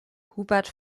hubert